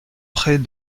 près